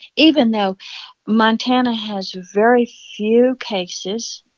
even though montana has very few cases,